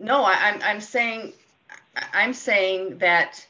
no i'm saying i'm saying that